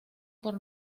por